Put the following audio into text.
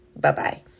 Bye-bye